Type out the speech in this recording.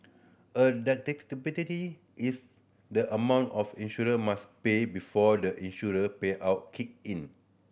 a is the amount of insured must pay before the insurer payout kick in